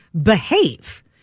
behave